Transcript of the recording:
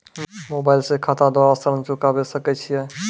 Mobile से खाता द्वारा ऋण चुकाबै सकय छियै?